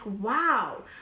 wow